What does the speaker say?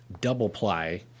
double-ply